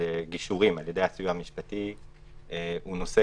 גישורים על ידי הסיוע המשפטי הוא נושא